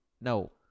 No